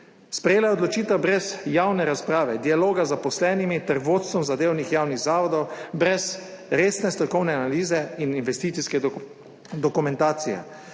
Sprejela je odločitev brez javne razprave, dialoga z zaposlenimi ter vodstvom zadevnih javnih zavodov, brez resne strokovne analize in investicijske dokumentacije.